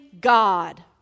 God